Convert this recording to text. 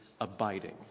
abiding